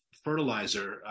fertilizer